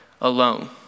alone